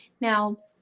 Now